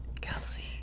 Kelsey